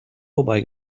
vorbei